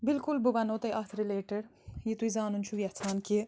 بالکل بہٕ ونہو تۄہہِ اَتھ رِلیٹِڈ یہِ تُہۍ زانُن چھُو یژھان کہِ